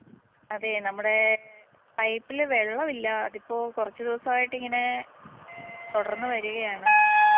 അതേ നമ്മുടെ സൈറ്റില് വെള്ളവില്ല അതിപ്പോൾ കുറച്ച് ദിവസായിട്ടിങ്ങനെ തുടർന്ന് വരികയാണ്